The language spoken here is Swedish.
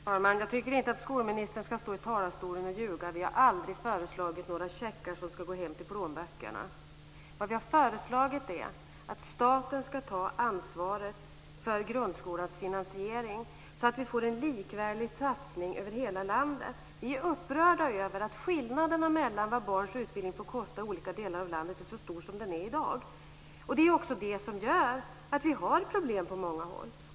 Herr talman! Jag tycker inte att skolministern ska ljuga i talarstolen. Vi har aldrig föreslagit några checkar som ska gå till hemmen och ned i plånböckerna. Vad vi har föreslagit är att staten ska ta ansvaret för grundskolans finansiering, så att vi får en likvärdig satsning över hela landet. Vi är upprörda över att skillnaderna mellan vad barns utbildning får kosta i olika delar av landet är så stora som de är i dag. Det är också det som gör att vi har problem på många håll.